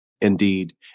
Indeed